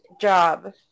job